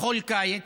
בכל קיץ,